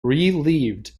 relieved